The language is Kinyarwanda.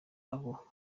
abo